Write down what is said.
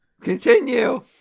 Continue